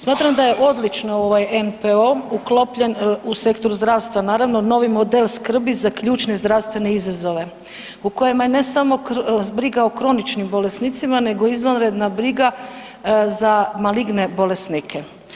Smatram da je odlično ovaj NPO uklopljen u sektor zdravstva, naravno, novi model skrbi za ključne zdravstvene izazove u kojima je, ne samo briga o kroničnim bolesnicima, nego izvanredna briga za maligne bolesnike.